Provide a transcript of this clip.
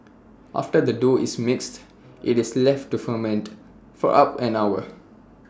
after the dough is mixed IT is left to ferment for up an hour